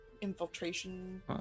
infiltration